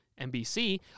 NBC